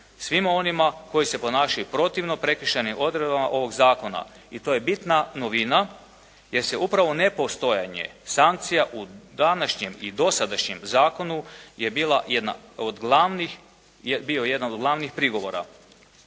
svima onima koji se ponašaju protivno prekršajnim odredbama ovog zakona i to je bitna novina jer se upravo nepostojanje sankcija u današnjem i dosadašnjem zakonu je bila jedna od glavnih, bio